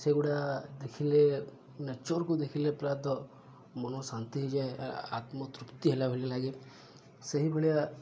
ସେଗୁଡ଼ା ଦେଖିଲେ ନେଚର୍କୁ ଦେଖିଲେ ପ୍ରାୟତଃ ମନ ଶାନ୍ତି ହୋଇଯାଏ ଆତ୍ମତୃପ୍ତି ହେଲା ଭଳି ଲାଗେ ସେହିଭଳିଆ